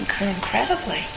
incredibly